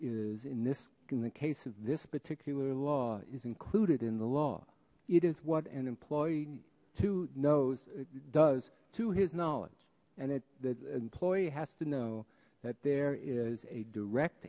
is in this in the case of this particular law is included in the law it is what an employee to nose does to his knowledge and it the employee has to know that there is a direct